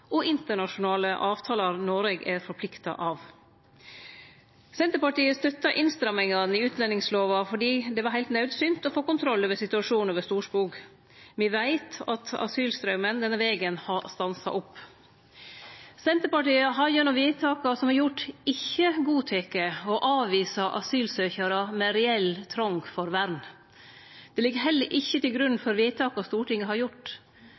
og internasjonale avtalar Noreg er forplikta av. Senterpartiet støttar innstrammingane i utlendingslova, fordi det var heilt naudsynt å få kontroll over situasjonen over Storskog. Me veit at asylstraumen denne vegen har stansa opp. Senterpartiet har gjennom vedtaka som er gjorde, ikkje godteke å avvise asylsøkjarar med reell trong for vern. Det ligg heller ikkje til grunn for vedtaka Stortinget har gjort.